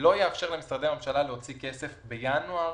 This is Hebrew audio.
לא יאפשר למשרדי הממשלה להוציא כסף בינואר,